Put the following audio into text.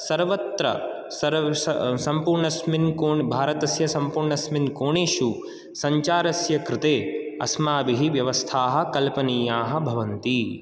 सर्वत्र सर् स सम्पूर्णस्मिन् कोण् भारतस्य सम्पूर्णस्मिन् कोणेषु सञ्चारस्य कृते अस्माभिः व्यवस्थाः कल्पनीयाः भवन्ति